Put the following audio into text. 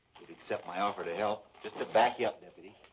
accept my offer to help, just to back you up.